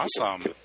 Awesome